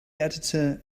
editor